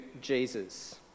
Jesus